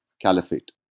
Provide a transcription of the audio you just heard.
caliphate